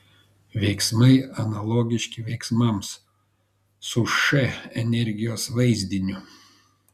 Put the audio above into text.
veiksmai analogiški veiksmams su š energijos vaizdiniu